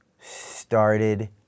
started